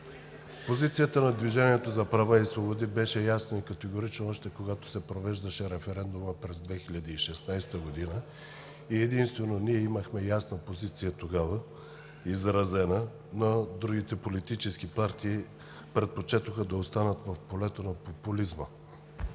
Позицията на „Движението за права и свободи“ беше ясна и категорична, още когато се провеждаше референдумът през 2016 г. Единствено ние тогава имахме изразена ясна позиция, но другите политически партии предпочетоха да останат в полето на популизма.